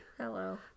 hello